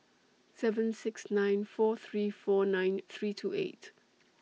seven six nine four three four nine three two eight